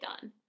done